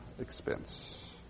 expense